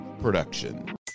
production